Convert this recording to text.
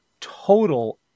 total